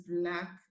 black